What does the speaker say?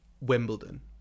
Wimbledon